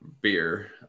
beer